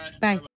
Bye